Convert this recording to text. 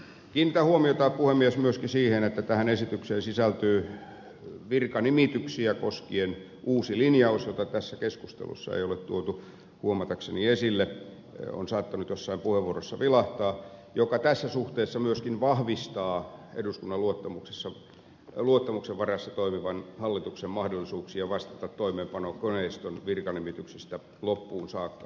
kiinnitän huomiota puhemies myöskin siihen että tähän esitykseen sisältyy virkanimityksiä koskien uusi linjaus jota tässä keskustelussa ei ole tuotu huomatakseni esille on saattanut jossain puheenvuorossa vilahtaa joka tässä suhteessa myöskin vahvistaa eduskunnan luottamuksen varassa toimivan hallituksen mahdollisuuksia vastata toimeenpanokoneiston virkanimityksistä loppuun saakka